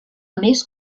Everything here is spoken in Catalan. més